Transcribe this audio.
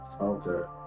Okay